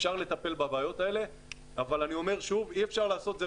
אפשר לטפל בבעיות האלה אבל אני אומר שוב שאי אפשר לעשות את